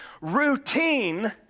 routine